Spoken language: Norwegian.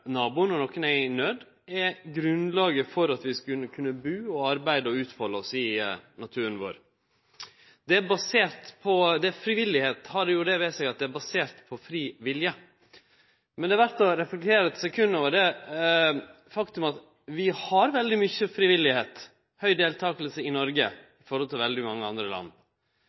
nokon er i naud, er grunnlaget for at vi skal kunne bu, arbeide og utfalde oss i naturen vår. Frivilligheit har det ved seg at det er basert på fri vilje. Det er verdt å reflektere eit sekund over det faktumet at vi har veldig mykje frivilligheit – høg deltaking – i Noreg i forhold til veldig mange andre land.